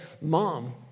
mom